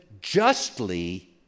justly